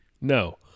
no